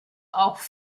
auch